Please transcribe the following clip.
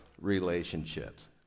relationships